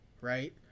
right